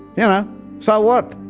yeah know. so what?